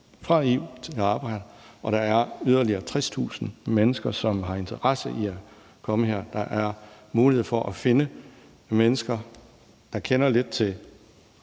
og tage arbejde, og der er yderligere 60.000 mennesker, som har interesse i at komme hertil. Der er mulighed for at finde mennesker, der kender lidt til